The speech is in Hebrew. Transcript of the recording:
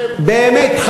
באמת,